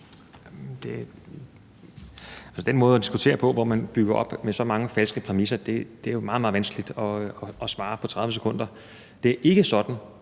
den måde at diskutere på, hvor man bygger op med så mange falske præmisser, er det meget, meget vanskeligt at svare på 30 sekunder. Det er ikke sådan,